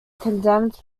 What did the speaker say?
condemned